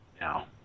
now